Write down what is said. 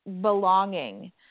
belonging